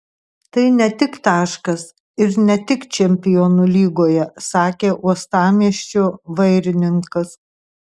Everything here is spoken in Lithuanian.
tai ne tik taškas ir ne tik čempionų lygoje sakė uostamiesčio vairininkas